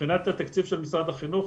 מבחינת התקציב של משרד החינוך,